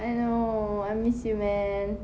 I know I'll miss you man